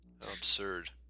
Absurd